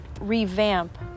revamp